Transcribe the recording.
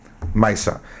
Maisa